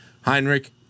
Heinrich